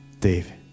David